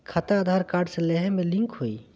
खाता आधार कार्ड से लेहम लिंक होई?